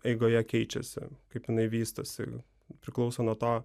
eigoje keičiasi kaip jinai vystosi priklauso nuo to